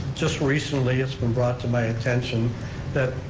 just recently it's been brought to my attention that,